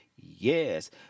Yes